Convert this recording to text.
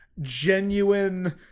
genuine